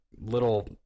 little